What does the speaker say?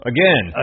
Again